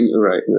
Right